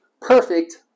perfect